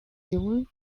yule